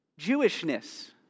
Jewishness